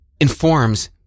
informs